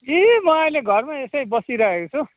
यी म अहिले घरमा यसै बसिरहेको छु